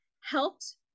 helped